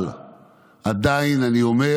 אבל עדיין אני אומר